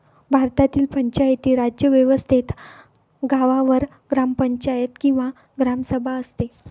भारतातील पंचायती राज व्यवस्थेत गावावर ग्रामपंचायत किंवा ग्रामसभा असते